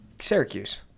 Syracuse